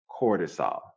Cortisol